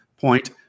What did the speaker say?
point